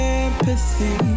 empathy